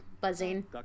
buzzing